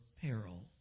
peril